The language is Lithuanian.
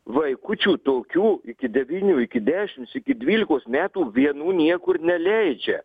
vaikučių tokių iki devynių iki dešimts iki dvylikos metų vienų niekur neleidžia